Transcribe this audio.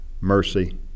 mercy